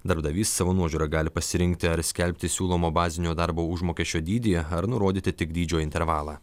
darbdavys savo nuožiūra gali pasirinkti ar skelbti siūlomo bazinio darbo užmokesčio dydį ar nurodyti tik dydžio intervalą